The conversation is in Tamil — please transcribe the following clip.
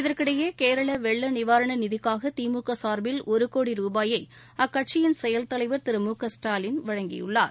இதற்கிடையே கேரள வெள்ள நிவாரண நிதிக்காக திமுக சார்பில் ஒருகோடி ரூபாயை அக்கட்சியின் செயல் தலைவர் திரு மு க ஸ்டாலின் வழங்கியுள்ளார்